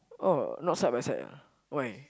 oh not side by side ah why